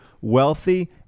wealthy